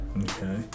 Okay